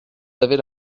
avez